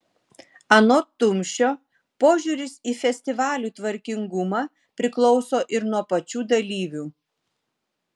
anot tumšio požiūris į festivalių tvarkingumą priklauso ir nuo pačių dalyvių